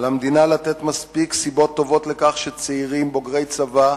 על המדינה לתת מספיק סיבות טובות לכך שצעירים בוגרי צבא,